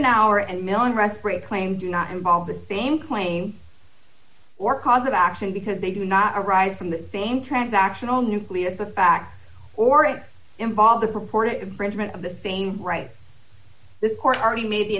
respray claim do not involve the same claim or causes of action because they do not arise from the same transactional nucleus a fact or it involved a purported infringement of the same right this court already made the